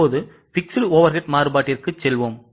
இப்போது fixed overhead மாறுபாட்டிற்கு செல்வோம்